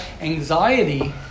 anxiety